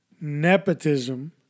Nepotism